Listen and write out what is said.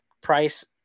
price